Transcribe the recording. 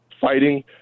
fighting